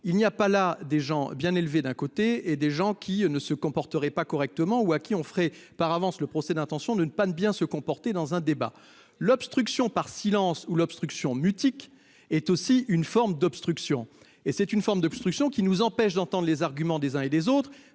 Il n'y a pas là des gens bien élevés. D'un côté et des gens qui ne se comporterait pas correctement ou à qui on ferait par avance le procès d'intention de ne pas de bien se comporter dans un débat l'obstruction par silence ou l'obstruction mutique est aussi une forme d'obstruction et c'est une forme d'obstruction qui nous empêche d'entende les arguments des uns et des autres.